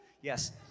Yes